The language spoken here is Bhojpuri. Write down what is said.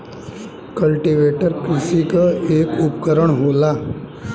कल्टीवेटर कृषि क एक उपकरन होला